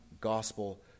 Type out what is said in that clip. gospel